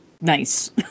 nice